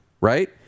right